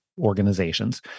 organizations